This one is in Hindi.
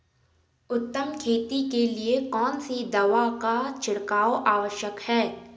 उत्तम खेती के लिए कौन सी दवा का छिड़काव आवश्यक है?